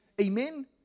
Amen